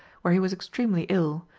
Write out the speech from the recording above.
where he was extremely ill,